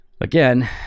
Again